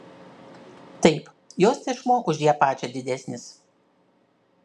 taip jos tešmuo už ją pačią didesnis